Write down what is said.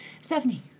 stephanie